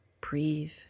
breathe